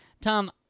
Tom